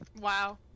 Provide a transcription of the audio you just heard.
Wow